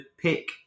pick